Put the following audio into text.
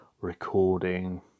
recording